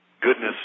goodness